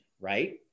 right